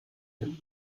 den